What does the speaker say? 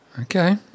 Okay